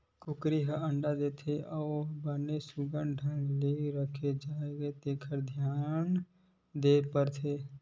कुकरी ह अंडा देथे ओ ह बने सुग्घर ढंग ले रखा जाए तेखर धियान देबर परथे